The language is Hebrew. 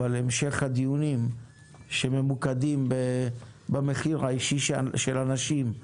אבל המשך הדיונים שממוקדים במחיר האישי של אנשים,